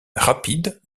rapide